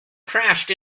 crashed